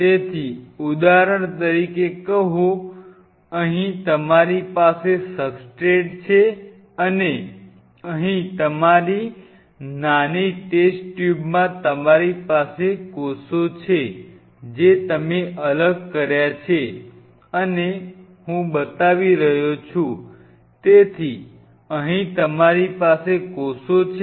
તેથી ઉદાહરણ તરીકે કહો અહીં તમારી પાસે સબસ્ટ્રેટ છે અને અહીં તમારી નાની ટેસ્ટ ટ્યુબમાં તમારી પાસે કોષો છે જે તમે અલગ કર્યા છે અને હું બતાવી રહ્યો છું છે